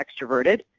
extroverted